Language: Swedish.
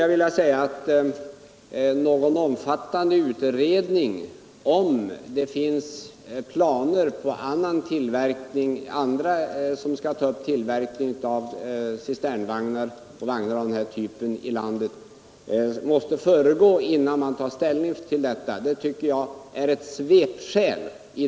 Jag tycker det är ett svepskäl när man säger att det måste göras en utredning huruvida andra företag ämnar ta upp en tillverkning av vagnar av den här typen inom landet innan man tar ställning.